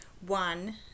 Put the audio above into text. one